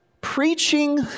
preaching